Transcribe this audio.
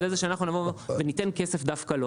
על ידי זה שאנחנו נבוא וניתן כסף דווקא לו.